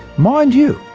mind you,